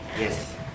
Yes